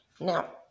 now